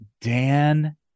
Dan